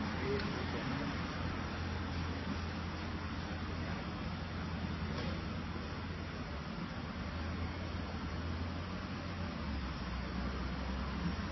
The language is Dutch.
vijf en dertig